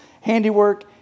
handiwork